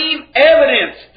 evidence